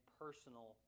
personal